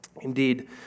Indeed